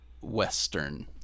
Western